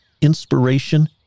inspiration